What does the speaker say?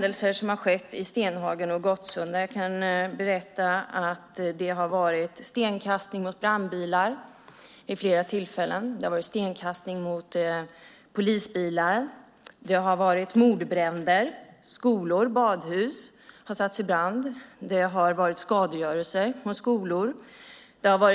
I samband med händelserna i Stenhagen och Gottsunda har det varit stenkastning mot brandbilar vid flera tillfällen. Det har varit stenkastning mot polisbilar. Det har varit mordbränder. Skolor och badhus har satts i brand. Det har varit skadegörelse vid skolor.